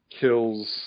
kills